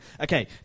Okay